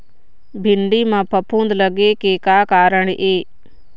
भिंडी म फफूंद लगे के का कारण ये?